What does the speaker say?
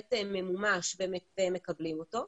באמת ממומש והם מקבלים אותו.